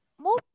more